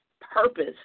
purpose